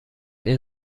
این